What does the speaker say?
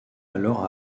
alors